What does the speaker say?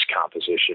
composition